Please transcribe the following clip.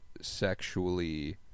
sexually